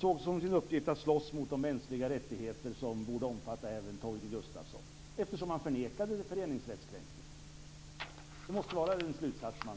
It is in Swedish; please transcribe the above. såg som sin uppgift att slåss mot de mänskliga rättigheter som borde omfatta även Torgny Gustafsson - man förnekade en kränkning av föreningsrätten. Det måste vara den slutsats som kan dras.